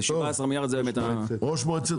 ו-17 מיליארד ₪ זו באמת העלות השנתית.